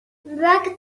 وقتی